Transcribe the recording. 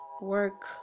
work